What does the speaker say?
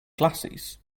glasses